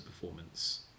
performance